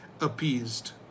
appeased